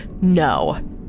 no